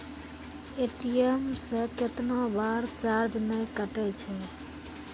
ATM से कैतना बार चार्ज नैय कटै छै?